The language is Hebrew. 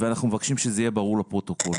אנחנו מבקשים שזה יהיה ברור לפרוטוקול.